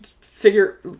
figure